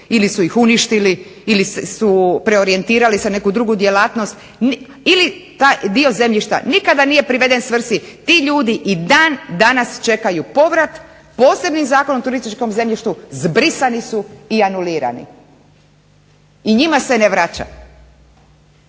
ili su ih uništili ili su preorijentirali za neku drugu djelatnost ili dio zemljišta nikada nije priveden svrsi ti ljudi i dan danas čekaju povrat posebnim Zakonom o turističkom zemljištu zbrisani su i anulirani i njima se ne vraća.